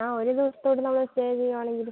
ആ ഒരു ദിവസമോ ഒരു നാളോ സ്റ്റേ ചെയ്യാണെങ്കിൽ